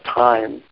time